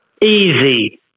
Easy